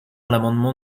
l’amendement